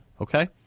Okay